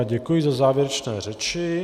Děkuji za závěrečné řeči.